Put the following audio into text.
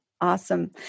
Awesome